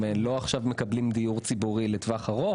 הם לא מקבלים דיור ציבורי לטווח ארוך.